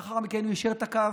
ולאחר מכן הוא יישר קו